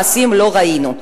מעשים לא ראינו.